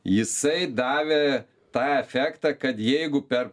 jisai davė tą efektą kad jeigu per